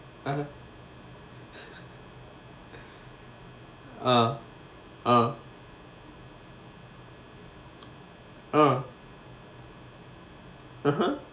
ah uh uh uh (uh huh)